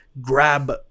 grab